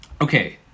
okay